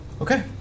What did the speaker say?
Okay